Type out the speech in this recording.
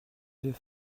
deux